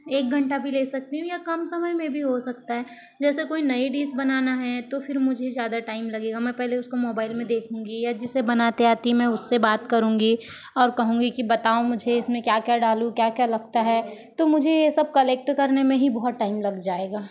एक घंटा भी ले सकती हूं या कम समय में भी हो सकता है जैसे कोई नई डिश बनाना है तो फिर मुझे ज़्यादा टाइम लगेगा मैं पहले उसको मोबाइल में देखूंगी या जिसे बनाते आती है मैं उससे बात करूंगी और कहूँगी कि बताओ मुझे इसमें क्या क्या डालूं क्या क्या लगता है तो मुझे ये सब कलेक्ट करने में ही बहुत टाइम लग जाएगा